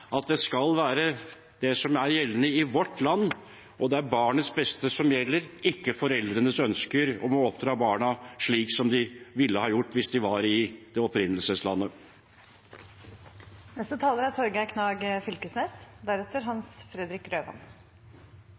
at det skal være det som er gjeldende i vårt land. Det er barnets beste som gjelder, ikke foreldrenes ønske om å oppdra barna slik de ville ha gjort hvis de var i opprinnelseslandet. Det er